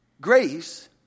Grace